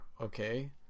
okay